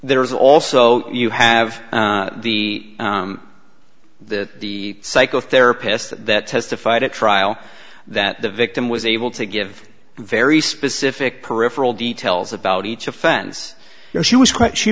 there's also you have the the the psychotherapist that testified at trial that the victim was able to give very specific peripheral details about each offense and she was